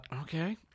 Okay